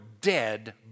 dead